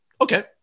Okay